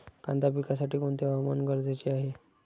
कांदा पिकासाठी कोणते हवामान गरजेचे आहे?